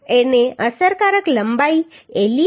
અને અસરકારક લંબાઈ le આપણે 0